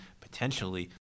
potentially –